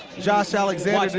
josh alexander.